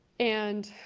and